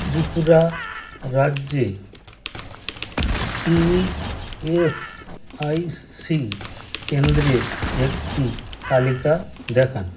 ত্রিপুরা রাজ্যে ইএসআইসি কেন্দ্রের একটি তালিকা দেখান